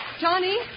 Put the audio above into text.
Johnny